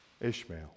Ishmael